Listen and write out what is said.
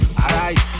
alright